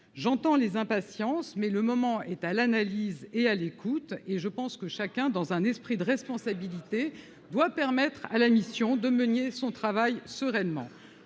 j'entends les impatiences, mais le moment est à l'analyse et à l'écoute et je pense que chacun, dans un esprit de responsabilité doit permettre à la mission de mener son travail sereinement,